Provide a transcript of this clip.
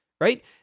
right